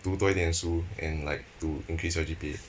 读多一点书 and like to increase your G_P_A